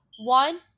One